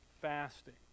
fasting